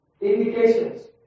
indications